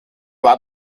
war